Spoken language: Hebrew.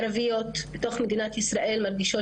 הנשים הערביות בתוך מדינת ישראל מרגישות